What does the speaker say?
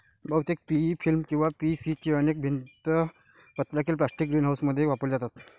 बहुतेक PE film किंवा PC ची अनेक भिंत पत्रके प्लास्टिक ग्रीनहाऊसमध्ये वापरली जातात